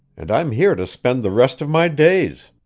and i'm here to spend the rest of my days.